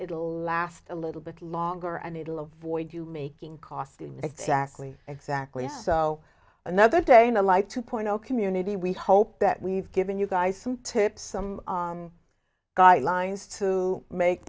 it'll last a little bit longer and it'll avoid you making costly in exactly exactly so another day in a like two point zero community we hope that we've given you guys some tips some guidelines to make